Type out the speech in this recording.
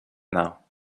now